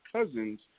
cousins